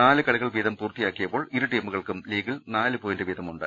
നാല് കളി കൾ വീതം പൂർത്തിയായപ്പോൾ ഇരുടീമുകൾക്കും ല്പീഗിൽ നാല് പോയിന്റ് വീതമുണ്ട്